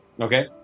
Okay